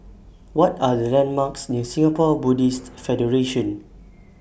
What Are The landmarks near Singapore Buddhist Federation